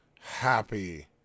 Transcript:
happy